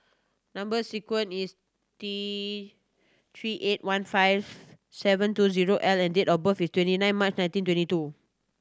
number sequence is T Three eight one five seven two zero L and date of birth is twenty nine March nineteen twenty two